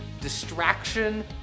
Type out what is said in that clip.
distraction